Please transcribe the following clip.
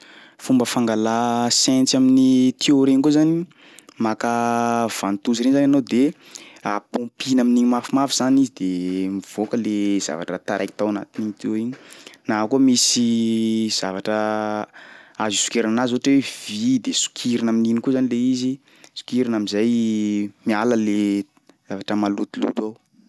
Fomba fangalà saintsy amin'ny tuyau regny koa zany maka ventouse regny zany anao de paompina amin'igny mafimafy zany izy de mivoaka le zavatra taraiky tao anatin'igny tuyau igny na koa misy zavatra azo isokirana azy ohatry hoe vy de sokirina amin'igny koa zany le izy, sokirina am'zay miala le zavatra malotoloto ao.